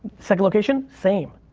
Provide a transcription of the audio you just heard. second location, same.